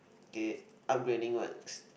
okay upgrading works